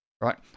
right